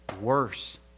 worse